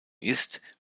ist